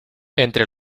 entre